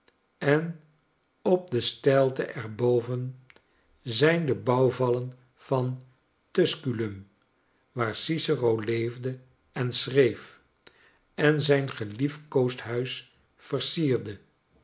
en op de steilte er boven zijn de bouwvallen van tusculum waar cicero leefde en schreef en zijn geliefkoosd huis versierde